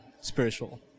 spiritual